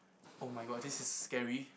!oh-my-god! this is scary